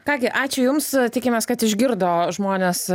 ką gi ačiū jums tikimės kad išgirdo žmonės